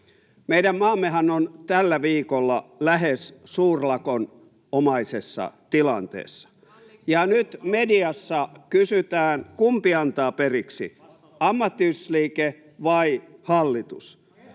Meidän maammehan on tällä viikolla lähes suurlakon omaisessa tilanteessa, [Jenna Simula: Kalliiksi tulee!] ja nyt mediassa kysytään, kumpi antaa periksi, ammattiyhdistysliike vai hallitus.